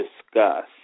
discuss